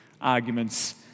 arguments